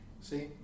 see